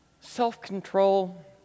self-control